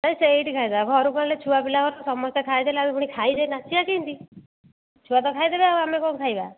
ହଁ ସେଇଠି ଖାଇଦେବା ଘରକୁ ଆଣିଲେ ଛୁଆପିଲା ଘର ସମସ୍ତେ ଖାଇଦେଲେ ଆମେ ପୁଣି ଖାଇଲେ ନାଚିବା କେମିତି ଛୁଆ ତ ଖାଇଦେବେ ଆଉ ଆମେ କ'ଣ ଖାଇବା